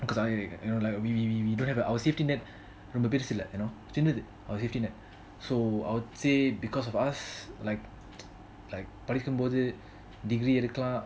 'cause I already you know like we we we we don't have our safety net ரொம்ப பெருசு இல்ல:romba perusu illa our safety net so I would say because of us like like படிக்கும் போது:padikum bothu degree இருக்கலாம்:irukalam